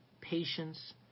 patience